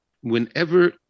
whenever